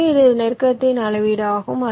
எனவே இது நெருக்கத்தின் அளவீடு ஆகும்